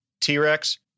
T-Rex